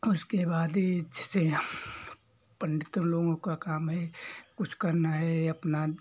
उसके बाद ये जैसे पंडितों लोगों का काम है कुछ करना है अपना